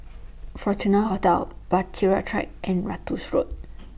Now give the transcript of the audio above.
Fortuna Hotel Bahtera Track and Ratus Road